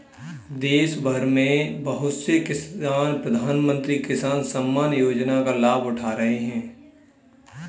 देशभर में बहुत से किसान प्रधानमंत्री किसान सम्मान योजना का लाभ उठा रहे हैं